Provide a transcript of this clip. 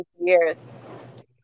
years